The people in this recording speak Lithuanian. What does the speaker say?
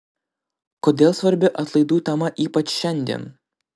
kodėl svarbi atlaidų tema ypač šiandien